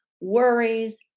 worries